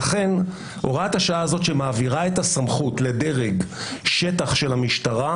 לכן הוראת השעה הזאת שמעבירה את הסמכות לדרג שטח של המשטרה,